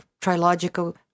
trilogical